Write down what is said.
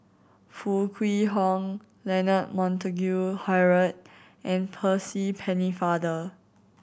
Foo Kwee Horng Leonard Montague Harrod and Percy Pennefather